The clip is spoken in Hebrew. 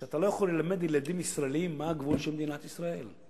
שאתה לא יכול ללמד ילדים ישראלים מה הגבול של מדינת ישראל.